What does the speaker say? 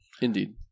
Indeed